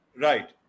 Right